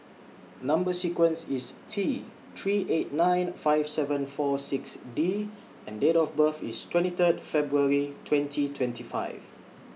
Number sequence IS T three eight nine five seven four six D and Date of birth IS twenty Third February twenty twenty five